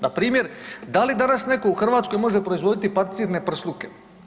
Npr. da li danas neko u Hrvatskoj može proizvoditi pancirne prsluke?